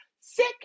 sick